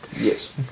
Yes